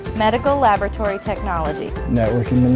medical laboratory technology, network